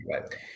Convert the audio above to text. right